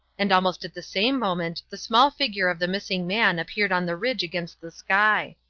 and almost at the same moment the small figure of the missing man appeared on the ridge against the sky.